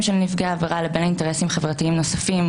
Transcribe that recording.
של נפגעי עבירה לבין אינטרסים חברתיים נוספים,